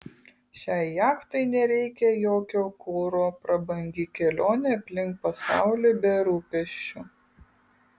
šiai jachtai nereikia jokio kuro prabangi kelionė aplink pasaulį be rūpesčių